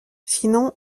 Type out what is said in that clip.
sinon